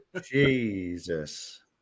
Jesus